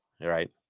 Right